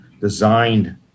designed